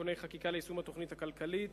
(תיקוני חקיקה ליישום התוכנית הכלכלית